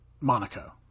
Monaco